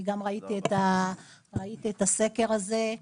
אני גם ראיתי את הסקר הזה.